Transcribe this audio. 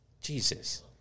Jesus